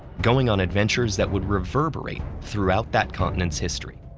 going on adventures that would reverberate throughout that continent's history.